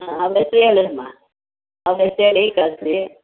ಹೇಳಿಯಮ್ಮ ಹೇಳಿ ಕಳಿಸಿ